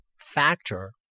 factor